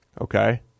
Okay